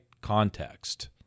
context